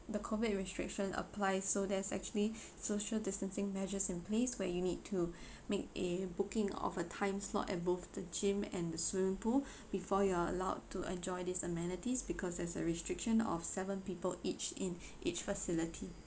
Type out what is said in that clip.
the COVID restrictions apply so there's actually social distancing measures in place where you need to make a booking of a time slot at both the gym and the swimming pool before you're allowed to enjoy this amenities because as a restriction of seven people each in each facility